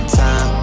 time